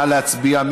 נא להצביע.